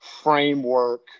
framework